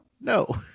No